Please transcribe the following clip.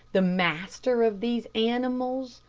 the master of these animals,